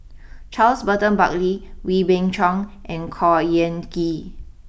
Charles Burton Buckley Wee Beng Chong and Khor Ean Ghee